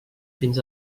fins